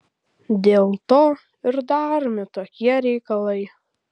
dėl to ir daromi tokie reikalai